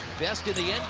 best in the